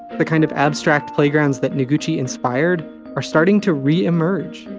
the kind of abstract playgrounds that noguchi inspired are starting to re-emerge.